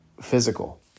physical